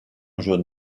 jeune